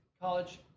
college